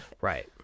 Right